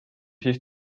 siis